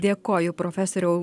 dėkoju profesoriau